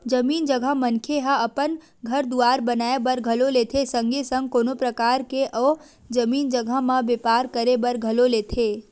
जमीन जघा मनखे ह अपन घर दुवार बनाए बर घलो लेथे संगे संग कोनो परकार के ओ जमीन जघा म बेपार करे बर घलो लेथे